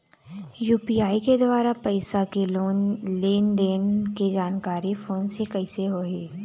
UPI के द्वारा पैसा के लेन देन के जानकारी फोन से कइसे होही?